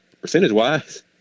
percentage-wise